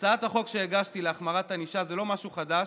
הצעת החוק שהגשתי להחמרת הענישה היא לא משהו חדש.